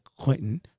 Clinton